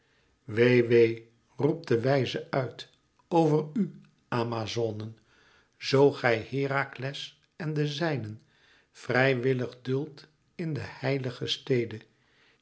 wee wee roept de wijze uit over u o amazonen zoo gij herakles en de zijnen vrijwillig duldt in de heilige stede